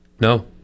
no